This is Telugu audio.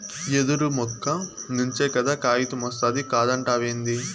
యెదురు మొక్క నుంచే కదా కాగితమొస్తాది కాదంటావేంది